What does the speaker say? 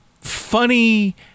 funny